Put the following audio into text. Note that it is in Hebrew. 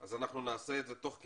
אז נעשה את זה תוך כדי.